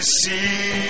see